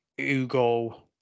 Ugo